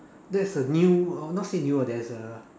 that's a new oh not say new lah there's a